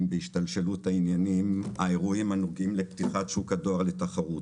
בהשתלשלות האירועים הנוגעים לפתיחת שוק הדואר לתחרות.